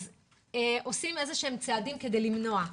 אבל עושים איזשהם צעדים כדי למנוע.